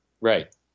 right